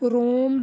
Rome